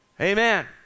amen